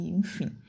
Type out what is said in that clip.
enfim